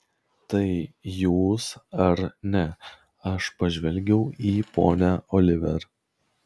tai jūs ar ne aš pažvelgiau į ponią oliver